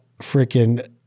freaking